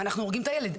ואנחנו הורגים את הילד.